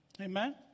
Amen